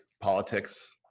politics